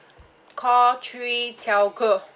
call three telco